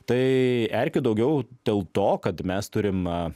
tai erkių daugiau dėl to kad mes turim